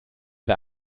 wer